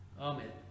Amen